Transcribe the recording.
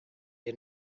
did